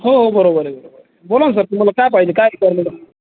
हो हो बरोबर आहे बरोबर आहे बोला ना सर तुम्हाला काय पाहिजे काय